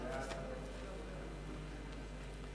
סעיפים 1 22 נתקבלו.